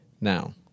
now